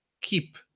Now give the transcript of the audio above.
keep